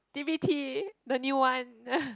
t_p Tea the new one